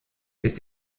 ist